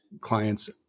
clients